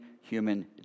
human